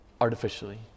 artificially